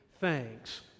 thanks